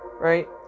Right